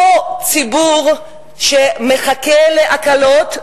אותו ציבור שמחכה להקלות,